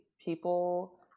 people